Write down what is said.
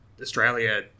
australia